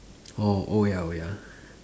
oh oh ya oh ya